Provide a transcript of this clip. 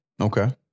Okay